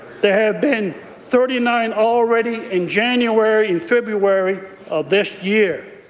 there have been thirty nine already in january and february of this year.